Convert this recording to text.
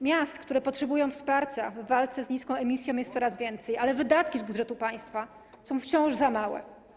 Miast, które potrzebują wsparcia w walce z emisją, jest coraz więcej, ale wydatki z budżetu państwa są wciąż za małe.